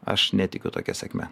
aš netikiu tokia sėkme